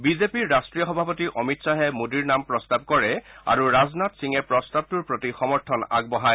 বিজেপিৰ ৰাষ্টীয় সভাপতি অমিত শ্বাহে মোদীৰ নাম প্ৰস্তাৱ কৰে আৰু ৰাজনাথ সিঙে প্ৰস্তাৱটোৰ প্ৰতি সমৰ্থন আগবঢ়ায়